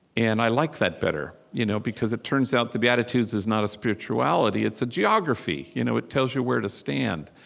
and i like that better you know because it turns out the beatitudes is not a spirituality. it's a geography. you know it tells you where to stand.